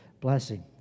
blessing